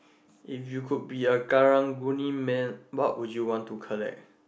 if you could be a Karang-Guni man what would you want to collect